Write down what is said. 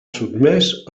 sotmès